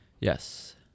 Yes